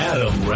Adam